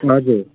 हजुर